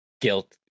guilt